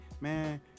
man